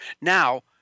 Now